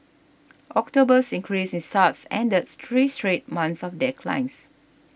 October's increase in starts ended three straight months of declines